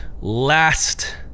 Last